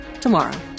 tomorrow